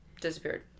disappeared